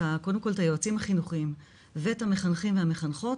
קודם כל את היועצים החינוכיים ואת המחנכים והמחנכות